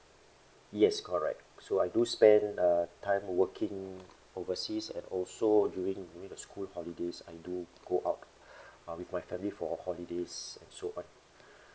yes correct so I do spend uh time working overseas and also during the school holidays I do go out uh with my family for holidays and so all